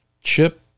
Chip